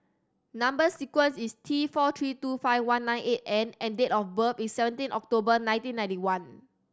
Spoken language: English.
number sequence is T four three two five one nine eight N and date of birth is seventeen October nineteen ninety one